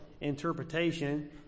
interpretation